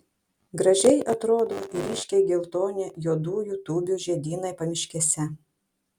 gražiai atrodo ir ryškiai geltoni juodųjų tūbių žiedynai pamiškėse